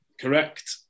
Correct